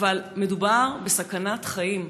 אבל מדובר בסכנת חיים.